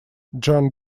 john